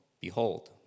Behold